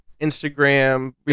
Instagram